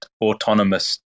autonomous